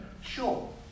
Sure